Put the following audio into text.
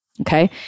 Okay